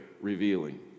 revealing